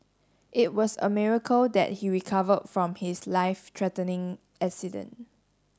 it was a miracle that he recovered from his life threatening accident